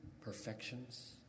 perfections